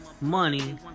money